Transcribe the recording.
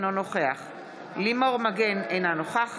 אינו נוכח לימור מגן תלם,